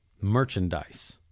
merchandise